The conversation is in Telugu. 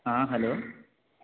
ఆ హలో